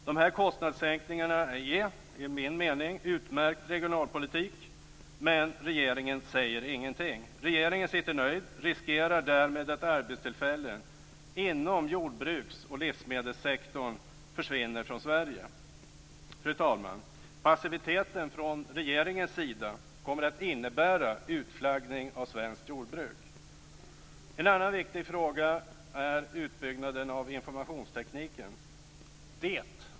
De här kostnadssänkningarna är, i min mening, utmärkt regionalpolitik, men regeringen säger ingenting. Regeringen sitter nöjd, och riskerar därmed att arbetstillfällen inom jordbruks och livsmedelssektorn försvinner från Sverige. Fru talman! Passiviteten från regeringens sida kommer att innebära utflaggning av svenskt jordbruk. En annan viktig fråga är utbyggnaden av informationstekniken.